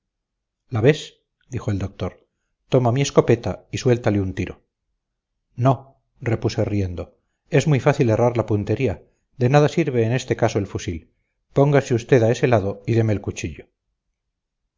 la ves dijo el doctor toma mi escopeta y suéltale un tiro no repuse riendo es muy fácil errar la puntería de nada sirve en este caso el fusil póngase usted a ese lado y deme el cuchillo